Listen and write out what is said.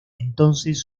entonces